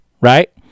Right